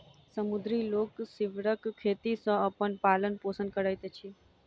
समुद्री लोक सीवरक खेती सॅ अपन पालन पोषण करैत अछि